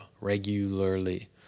regularly